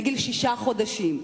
מגיל שישה חודשים.